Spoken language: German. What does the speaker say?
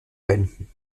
wenden